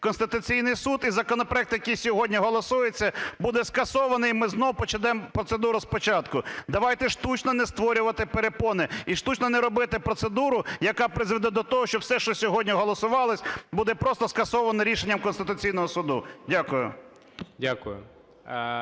Конституційний Суд. І законопроект, який сьогодні голосується, буде скасований. І ми знову почнемо процедуру спочатку. Давайте штучно не створювати перепони і штучно не робити процедуру, яка призведе до того, що все, що сьогодні голосувалось, буде просто скасовано рішенням Конституційного Суду. Дякую.